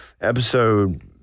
episode